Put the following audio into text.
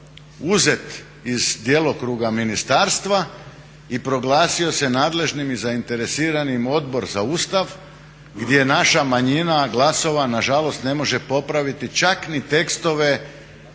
uzet iz djelokruga ministarstva i proglasio se nadležnim i zainteresiranim Odbor za Ustav gdje naša manjina glasova nažalost ne može popraviti čak ni tekstove